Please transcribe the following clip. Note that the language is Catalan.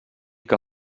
que